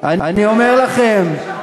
אנחנו מגינים, כמוך.